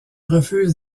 refuse